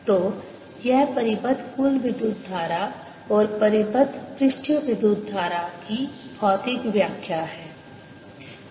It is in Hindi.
तो यह परिबद्ध कुल विद्युत धारा और परिबद्ध पृष्ठीय विद्युत धारा की भौतिक व्याख्या है